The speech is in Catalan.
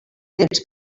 temps